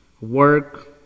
work